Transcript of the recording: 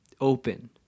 open